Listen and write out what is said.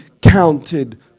counted